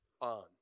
on